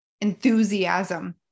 enthusiasm